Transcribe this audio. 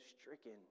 stricken